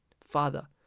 Father